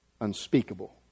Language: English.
unspeakable